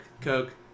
Coke